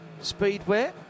Speedway